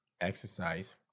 exercise